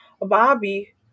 Bobby